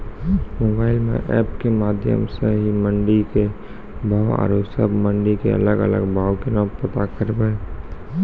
Mobile म app के माध्यम सऽ मंडी के भाव औरो सब मंडी के अलग अलग भाव केना पता करबै?